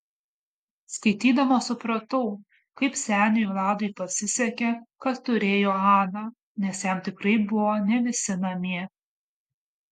skaitydama supratau kaip seniui vladui pasisekė kad turėjo aną nes jam tikrai buvo ne visi namie